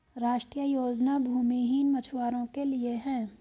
राष्ट्रीय योजना भूमिहीन मछुवारो के लिए है